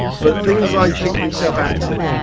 but things like keep yourself active.